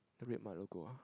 the red mart logo ah